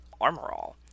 Armorall